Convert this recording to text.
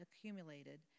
accumulated